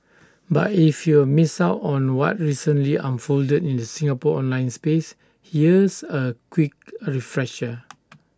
but if you've missed out on what recently unfolded in the Singapore online space here's A quick A refresher